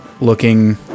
looking